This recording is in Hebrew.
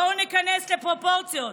בואו ניכנס לפרופורציות.